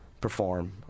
perform